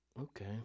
Okay